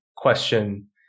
question